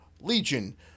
legion